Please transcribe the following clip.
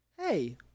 Hey